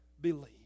believe